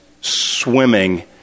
swimming